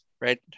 right